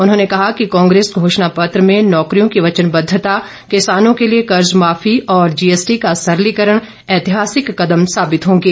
उन्होंने कहा कि कांग्रेस घोषणापत्र में नौकरियों की वचनबद्वता किसानों के लिए कर्ज माफी और जीएसटी का सरलीकरण एतिहासिक कदम साबित होंगे